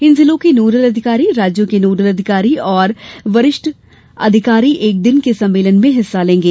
इन जिलों के नोडल अधिकारी राज्यों के नोडल अधिकारी और वरिष्ठ अधिकारी एक दिन के सम्मेलन में हिस्सा लेंगे